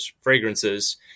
fragrances